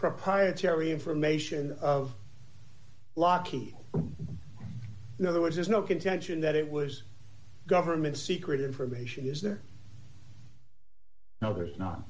proprietary information of lockie in other words there's no contention that it was government secret information is there now there's not